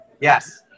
Yes